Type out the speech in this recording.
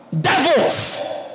Devils